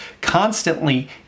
constantly